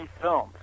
films